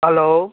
hello